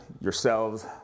yourselves